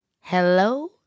Hello